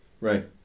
Right